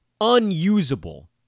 unusable